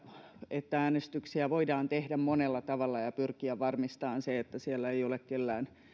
että äänestyksiä voidaan tehdä monella tavalla ja ja pyrkiä varmistamaan se että siellä ei ole kellään